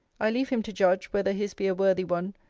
i leave him to judge, whether his be a worthy one,